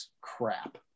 crap